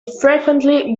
frequently